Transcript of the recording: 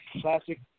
classic